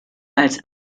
als